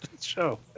show